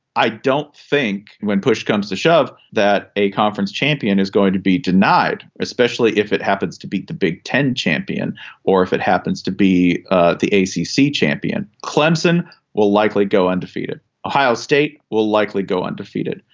i don't think when push comes to shove that a conference champion is going to be denied especially if it happens to be the big ten champion or if it happens to be the ac dc champion. clemson will likely go undefeated ohio state will likely go undefeated.